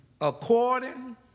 according